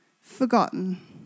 forgotten